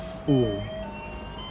who